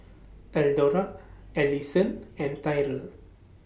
Eldora Allisson and Tyrell